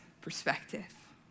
perspective